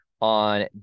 On